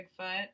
Bigfoot